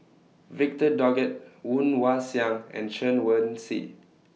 Victor Doggett Woon Wah Siang and Chen Wen Hsi